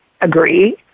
agree